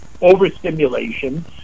overstimulation